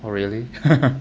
oh really